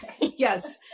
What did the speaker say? yes